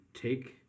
take